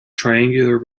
triangular